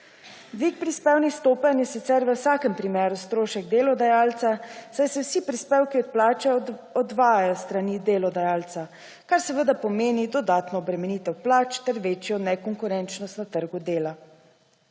Dvig prispevnih stopenj je sicer v vsakem primeru strošek delodajalca, saj se vsi prispevki od plače odvajajo s strani delodajalca, kar seveda pomeni dodatno obremenitev plač ter večjo nekonkurenčnost na trgu dela.